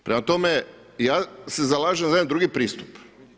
Prema tome ja se zalažem za jedan drugi pristup.